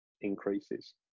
increases